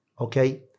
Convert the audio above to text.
okay